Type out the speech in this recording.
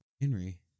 Henry